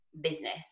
business